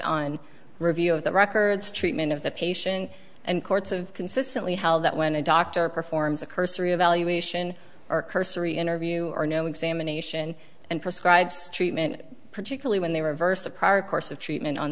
on review of the records treatment of the patient and courts of consistently held that when a doctor performs a cursory evaluation or cursory interview or no examination and prescribes treatment particularly when they reverse a prior course of treatment on